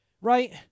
right